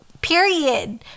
Period